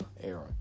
era